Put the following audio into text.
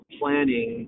planning